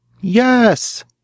Yes